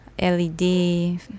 LED